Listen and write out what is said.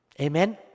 Amen